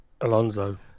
Alonso